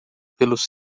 pelos